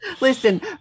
Listen